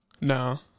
No